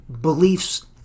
beliefs